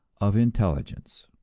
of intelligence!